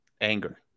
Anger